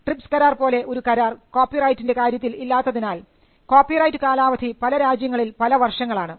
TRIPS കരാർ പോലെ ഒരു കരാർ കോപ്പി റൈറ്റിൻറെ കാര്യത്തിൽ ഇല്ലാത്തതിനാൽ കോപ്പിറൈറ്റ് കാലാവധി പല രാജ്യങ്ങളിൽ പല വർഷങ്ങളാണ്